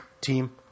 team